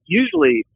usually